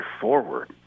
forward